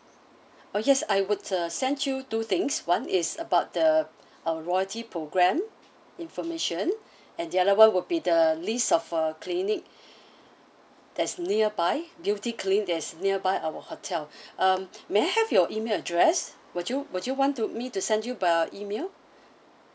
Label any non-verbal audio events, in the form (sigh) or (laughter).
oh yes I would uh send you two things one is about the our royalty programme information and the other one would be the list of uh clinic that's nearby beauty clinic that's nearby our hotel (breath) um may I have your email address would you would you want to me to send you the email